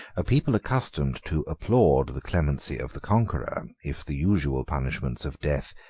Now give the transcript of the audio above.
a people accustomed to applaud the clemency of the conqueror, if the usual punishments of death,